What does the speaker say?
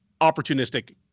opportunistic